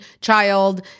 child